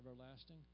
everlasting